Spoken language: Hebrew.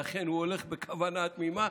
ואכן הוא הולך בכוונה תמימה,